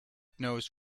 knows